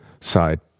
side